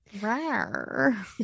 Rare